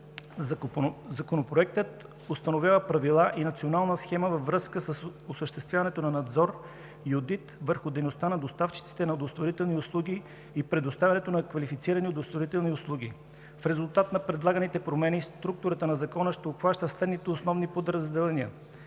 Законопроектът установява правила и национална схема във връзка с осъществяването на надзор и одит върху дейността на доставчиците на удостоверителни услуги и предоставянето на квалифицирани удостоверителни услуги. В резултат на предлаганите промени структурата на Закона ще обхваща следните основни подразделения: